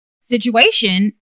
situation